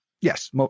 Yes